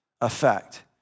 effect